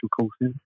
courses